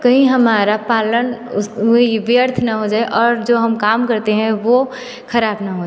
कहीं हमारा पालन व्यर्थ ना हो जाए और जो हम काम करते हैं वो खराब ना हो